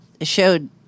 showed